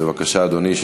בבקשה, אדוני.